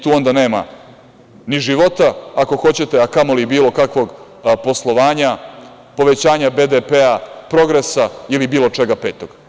Tu onda nema ni života, ako hoćete, a kamoli bilo kakvog poslovanja, povećanja BDP, progresa ili bilo čega petog.